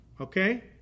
okay